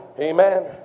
Amen